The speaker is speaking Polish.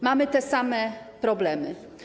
Mamy te same problemy.